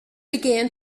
began